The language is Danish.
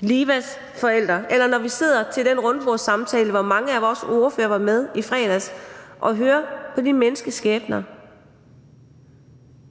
Livas forældre, eller når vi sidder til den rundbordssamtale, som mange af vores ordførere var med til i fredags, og hører på de menneskeskæbner,